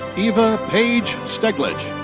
eva paige steglich.